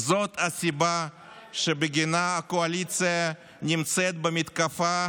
זאת הסיבה שבגינה הקואליציה נמצאת במתקפה